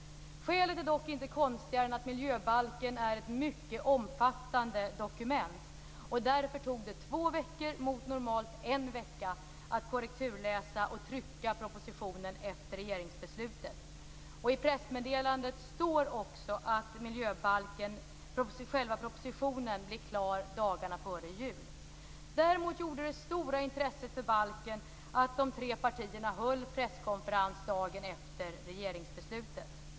Skälet är dock inte konstigare än att miljöbalken är ett mycket omfattande dokument. Därför tog det två veckor mot normalt en vecka att korrekturläsa och trycka propositionen efter regeringsbeslutet. I pressmeddelandet står det också att själva propositionen blir klar dagarna före jul. Däremot gjorde det stora intresset för balken att de tre partierna höll presskonferens dagen efter regeringsbeslutet.